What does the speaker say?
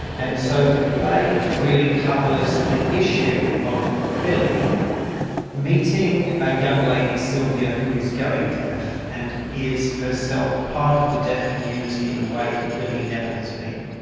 and so the play really covers the issue of billy meeting a young lady, silvia, who is going deaf, and is herself part of the deaf community in a way that billy never has been.